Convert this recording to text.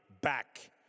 back